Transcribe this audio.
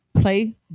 play